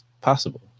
possible